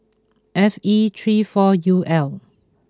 F E three four U L